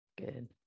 Good